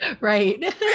Right